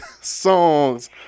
songs